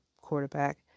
quarterback